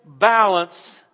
balance